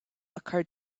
occurred